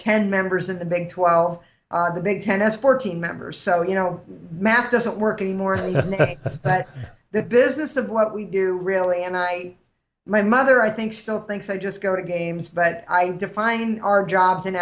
ten members of the big twelve are the big ten has fourteen members so you know math doesn't work anymore but the business of what we do you really and i my mother i think still thinks i just go to games but i define our jobs in